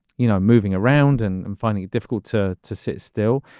you know, moving around and and finding difficult to to sit still,